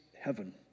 heaven